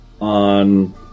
on